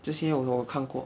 这些我有看过